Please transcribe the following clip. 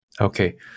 Okay